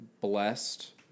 blessed